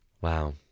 Wow